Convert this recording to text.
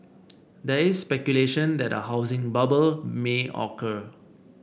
there is speculation that a housing bubble may occur